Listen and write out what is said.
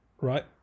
right